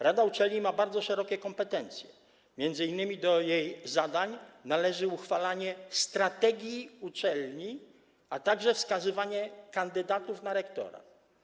Rada uczelni ma bardzo szerokie kompetencje, m.in. do jej zadań należy uchwalanie strategii uczelni, a także wskazywanie kandydatów na rektora.